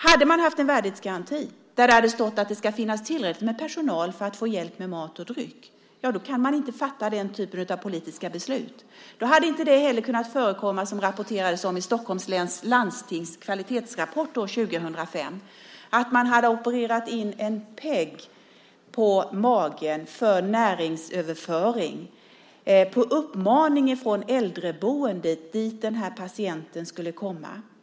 Hade man haft en värdighetsgaranti där det hade stått att det ska finnas tillräckligt med personal för att få hjälp med mat och dryck så hade man inte kunnat fatta den typen av politiska beslut. Då hade inte heller det kunnat förekomma som det rapporterades om i Stockholms läns landstings kvalitetsrapport år 2005; man hade opererat in en peg på magen på en patient för näringsöverföring på uppmaning från det äldreboende som patienten skulle komma till.